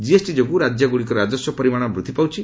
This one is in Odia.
କିଏସ୍ଟି ଯୋଗୁ ରାଜ୍ୟଗୁଡ଼ିକର ରାଜସ୍ୱ ପରିମାଣ ବୃଦ୍ଧି ପାଉଛି